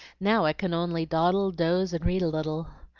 now i can only dawdle, doze, and read a little.